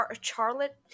Charlotte